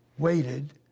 waited